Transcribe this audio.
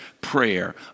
prayer